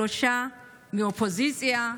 שלושה מהאופוזיציה,